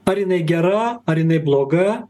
ar jinai gera ar jinai bloga